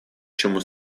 чему